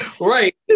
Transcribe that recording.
Right